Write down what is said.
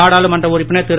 நாடாளுமன்ற உறுப்பினர் திரு